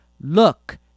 look